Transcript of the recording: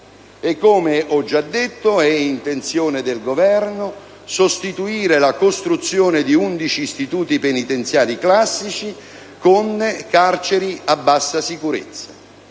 Come ho già detto, è intenzione del Governo sostituire la costruzione di 11 istituti penitenziari classici con carceri a bassa sicurezza: